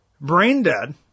brain-dead